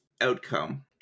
outcome